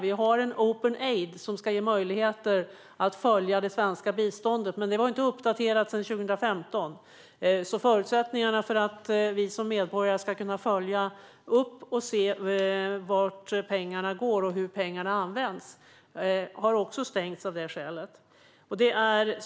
Genom Openaid ska vi kunna följa det svenska biståndet, men senaste uppdateringen gjordes 2015. Förutsättningarna för att vi medborgare ska kunna se vart pengarna går och hur pengarna används är därför dåliga.